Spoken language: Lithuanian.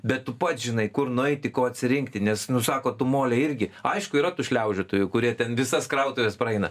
bet tu pats žinai kur nueiti ko atsirinkti nes nu sako tu mole irgi aišku yra tų šliaužiotojų kurie ten visas krautuves praeina